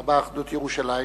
למה אחדות ירושלים?